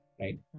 right